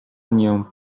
anię